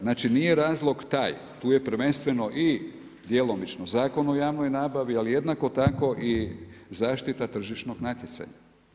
Znači nije razlog taj, tu je prvenstveno i djelomično Zakon o javnoj nabavi, ali jednako tako i zaštita tržišnog natjecanja.